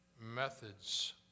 Methods